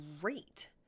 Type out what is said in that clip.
great